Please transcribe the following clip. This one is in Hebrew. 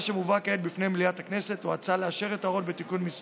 מה שמובא כעת בפני מליאת הכנסת הוא הצעה לאשר את ההוראות בתיקון מס'